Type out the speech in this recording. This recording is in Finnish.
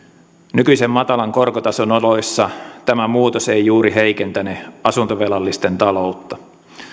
nykyisen matalan korkotason oloissa tämä muutos ei juuri heikentäne asuntovelallisten taloutta